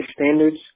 standards